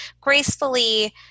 gracefully